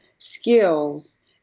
skills